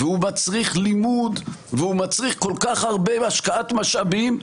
הוא מצריך לימוד והוא מצריך כל כך הרבה השקעת משאבים,